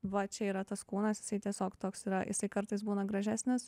va čia yra tas kūnas jisai tiesiog toks yra jisai kartais būna gražesnis